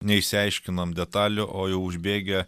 neišsiaiškinom detalių o jau užbėgę